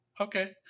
Okay